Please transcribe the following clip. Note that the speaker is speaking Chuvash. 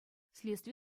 следстви